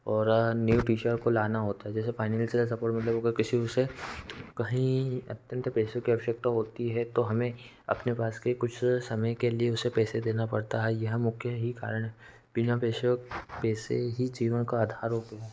और न्यू टीचरों को लाना होता है जैसे फाइनैंसियल सपोर्ट मतलब हो गया किसी से कहीं अत्यंत पैसों की आवश्यकता होती है तो हमें अपने पास के कुछ समय के लिए उसे पैसे देना पड़ता है यह मुख्य ही कारण बिना पैसे पैसे ही जीवन का आधार होते हैं